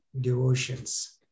devotions